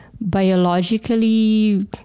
biologically